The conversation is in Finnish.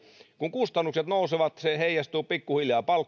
kun kustannukset nousevat se heijastuu pikkuhiljaa